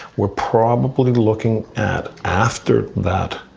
we're probably looking at after that,